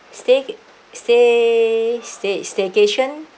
stay~ stay~ stay~ staycation